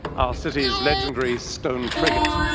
our city's legendary stone frigate.